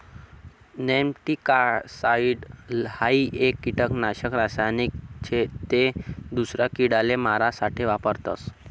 nematicide हाई एक किडानाशक रासायनिक शे ते दूसरा किडाले मारा साठे वापरतस